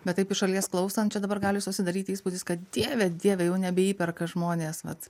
bet taip iš šalies klausant čia dabar gali susidaryti įspūdis kad dieve dieve jau nebeįperka žmonės vat